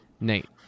Nate